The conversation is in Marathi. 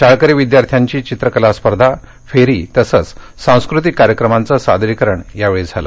शाळकरी विद्यार्थ्याची चित्रकला स्पर्धा फेरी तसंच सांस्कृतिक कार्यक्रमांचं सादरीकरण यावेळी झालं